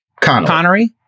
Connery